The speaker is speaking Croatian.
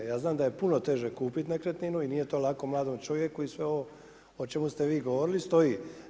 Ja znam da je puno teže kupiti nekretninu i nije to lako mladom čovjeku i sve o čemu ste vi govorili stoji.